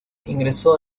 ingresó